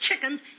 chickens